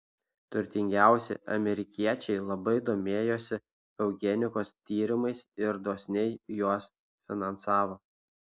turtingiausi amerikiečiai labai domėjosi eugenikos tyrimais ir dosniai juos finansavo